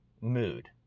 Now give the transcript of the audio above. mood